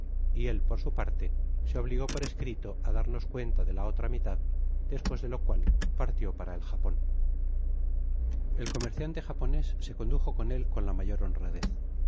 y él por su parte se obligó por escrito á darnos cuenta de la otra mitad despues de lo cual partió para el japón el comerciante japonés se condujo con él con la mayor honradez